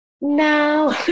no